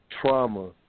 trauma